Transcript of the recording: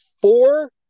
four